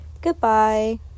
Goodbye